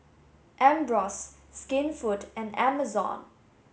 Ambros Skinfood and Amazon